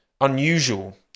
unusual